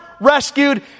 rescued